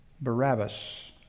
Barabbas